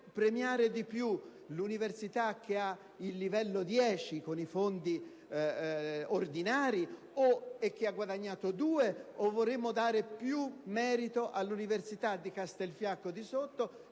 premiare di più l'università che ha il livello dieci con i fondi ordinari e che ha guadagnato due, o vorremmo dare più merito all'università di Castelfranco di Sotto